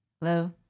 Hello